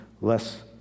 less